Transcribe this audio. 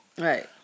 Right